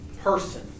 person